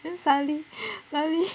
then suddenly suddenly